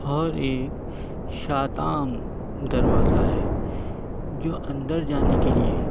اور ایک شاطان دروازہ ہے جو اندر جانے کے لیے ہے